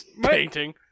painting